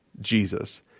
Jesus